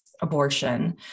abortion